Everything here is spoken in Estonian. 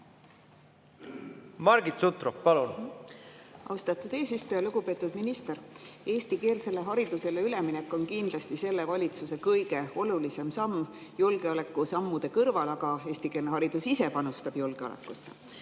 vahel? Austatud eesistuja! Lugupeetud minister! Eestikeelsele haridusele üleminek on kindlasti selle valitsuse kõige olulisem samm, julgeolekusammude kõrval, aga eestikeelne haridus ise panustab julgeolekusse.